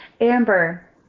Amber